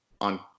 on